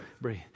breathe